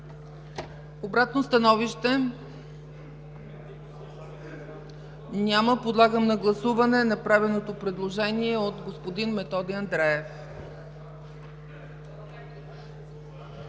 Обратно становище? Няма. Подлагам на гласуване направеното предложение от господин Методи Андреев,